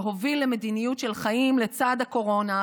שהוביל למדיניות של חיים לצד הקורונה,